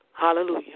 hallelujah